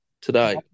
today